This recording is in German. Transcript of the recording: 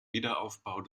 wiederaufbau